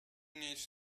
needs